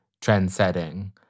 trend-setting